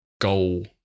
goal